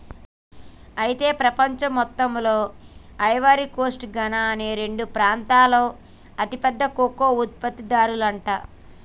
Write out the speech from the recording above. అయితే ప్రపంచంలో మొత్తంలో ఐవరీ కోస్ట్ ఘనా అనే రెండు ప్రాంతాలు అతి పెద్ద కోకో ఉత్పత్తి దారులంట